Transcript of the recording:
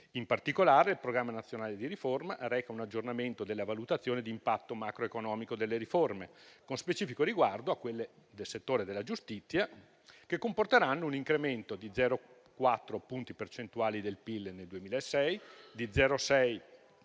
In particolare, il Programma nazionale di riforma reca un aggiornamento della valutazione d'impatto macroeconomico delle riforme, con specifico riguardo a quelle del settore della giustizia che comporteranno un incremento di 0,4 punti percentuali del PIL nel 2006, di 0,6